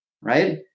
Right